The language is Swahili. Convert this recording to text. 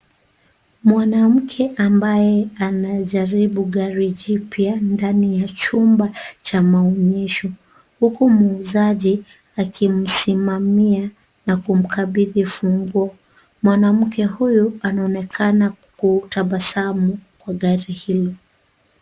Mwanamke ambaye anajaribu gari mpya ndani ya chumba cha maonyesho huku muuzaji akimsimamia na kumkabidhi funguo. Mwanamke huyu anaonekana kutabasamu kwa gari hilo.